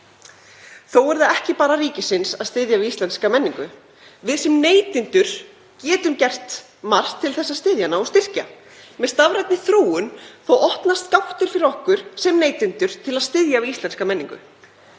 Þó er það ekki bara ríkisins að styðja við íslenska menningu, við sem neytendur getum gert margt til að styðja hana og styrkja. Með stafrænni þróun opnast gáttir fyrir okkur sem neytendur til að styðja við íslenska menningu.